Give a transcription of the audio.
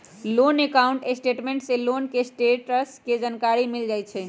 loan account statement से loan के status के जानकारी मिल जाइ हइ